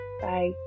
Bye